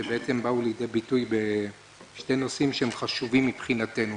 שבאו לידי ביטוי בשני נושאים שהם חשובים מבחינתנו.